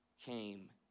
came